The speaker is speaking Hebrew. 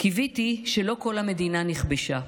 קיוויתי שלא כל המדינה נכבשה,